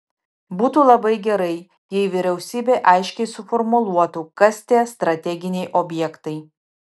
būtų labai gerai jei vyriausybė aiškiai suformuluotų kas tie strateginiai objektai